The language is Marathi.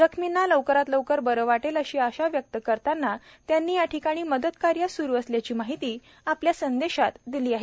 जखमींना लवकरात लवकर बरं वाटेल अशी आशा व्यक्त करताना त्यांनी या ठिकाणी मदत कार्य स्रू असल्याची माहिती आपल्या संदेशात दिली आहे